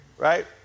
Right